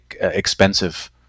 expensive